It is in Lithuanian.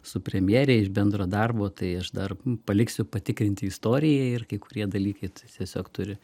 su premjere iš bendro darbo tai aš dar paliksiu patikrinti istorijai ir kai kurie dalykai tiesiog turi